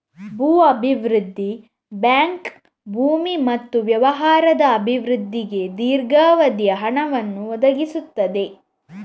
ಭೂ ಅಭಿವೃದ್ಧಿ ಬ್ಯಾಂಕ್ ಭೂಮಿ ಮತ್ತು ವ್ಯವಹಾರದ ಅಭಿವೃದ್ಧಿಗೆ ದೀರ್ಘಾವಧಿಯ ಹಣವನ್ನು ಒದಗಿಸುತ್ತದೆ